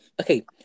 okay